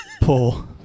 pull